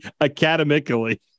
academically